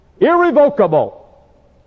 irrevocable